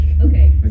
okay